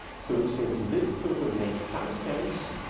so since this sort of makes some sense,